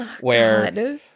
where-